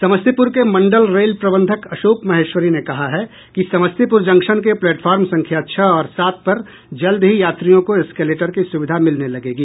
समस्तीपुर के मंडल रेल प्रबंधक अशोक महेश्वरी ने कहा है कि समस्तीपुर जंक्शन के प्लेटफॉर्म संख्या छह और सात पर जल्द ही यात्रियों को एस्केलेटर की सुविधा मिलने लगेगी